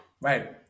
right